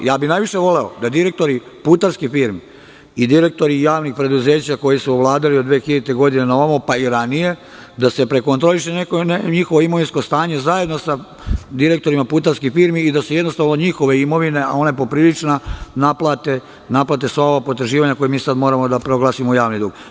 Najviše bih voleo da direktori putarskih firmi i direktori javnih preduzeća koji su vladali od 2000. godine naovamo pa i ranije, da se prekontroliše njihovo imovinsko stanje, zajedno sa direktorima putarskih firmi i da se jednostavno od njihove imovina, a ona je poprilična, naplate sva ona potraživanja koja mi sad moramo da proglasimo u javni dug.